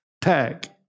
Tag